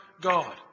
God